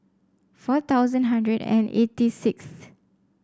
four thousand hundred and eighty sixth